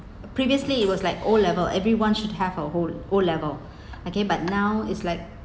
previously it was like O level everyone should have a whole O level okay but now it's like